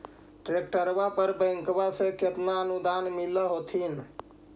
ट्रैक्टरबा पर बैंकबा से कितना अनुदन्मा मिल होत्थिन?